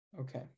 Okay